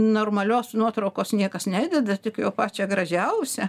normalios nuotraukos niekas nededa tik jau pačią gražiausią